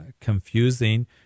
confusing